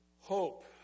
Hope